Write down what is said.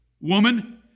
Woman